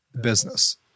business